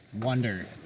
wonder